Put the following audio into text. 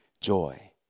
joy